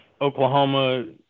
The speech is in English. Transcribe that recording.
oklahoma